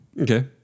Okay